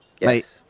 Yes